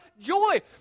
joy